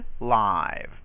live